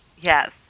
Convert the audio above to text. Yes